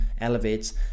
elevates